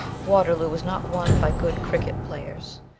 waterloo was not won by good cricket-players.